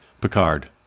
Picard